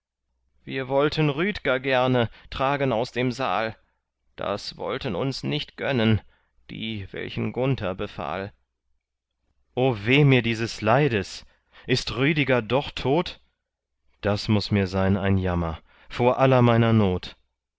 wir wollten rüdger gerne tragen aus dem saal das wollten uns nicht gönnen die welchen gunther befahl o weh mir dieses leides ist rüdiger doch tot das muß mir sein ein jammer vor all meiner not